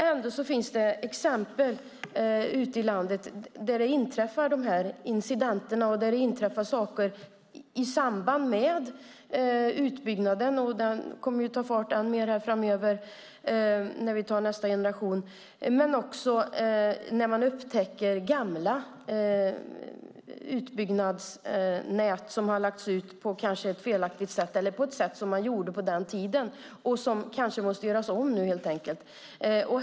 Ändå finns det exempel ute i landet på att det inträffar incidenter och att saker sker i samband med utbyggnaden, och den kommer ju att ta fart än mer framöver när vi går över till nästa generation. Man upptäcker också gamla utbyggnadsnät som har lagts ut på ett felaktigt sätt eller på ett sätt som man gjorde på den tiden och som kanske måste göras om nu helt enkelt.